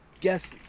guess